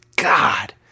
God